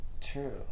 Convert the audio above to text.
True